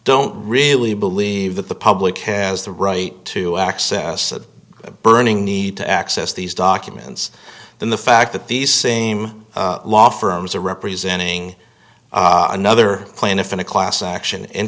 don't really believe that the public has the right to access a burning need to access these documents than the fact that these same law firms are representing another plaintiff in a class action in